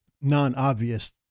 non-obvious